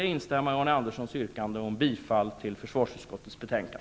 Jag instämmer i Arne Anderssons yrkande om bifall till försvarsutskottets hemställan.